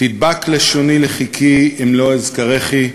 תדבק לשוני לחכי אם לא אזכרכי,